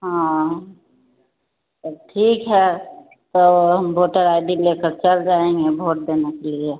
हाँ तब ठीक है तो हम वोटर आई डी लेकर चल जाएँगे वोट देने के लिए